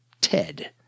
Ted